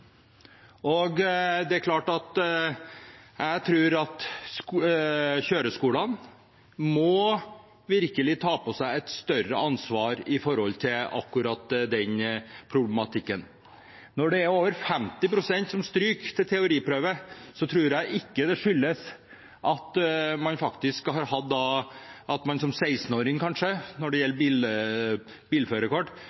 Jeg tror at kjøreskolene virkelig må ta på seg et større ansvar for akkurat den problematikken. Når det er over 50 pst. som stryker til teoriprøven, tror jeg ikke det skyldes at man som 16-åring, kanskje, når det gjelder bilførerkort, har hatt en grunneksamen, men at man